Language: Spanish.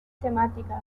temáticas